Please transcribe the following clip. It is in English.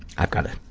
i've got to,